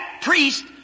priest